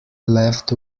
left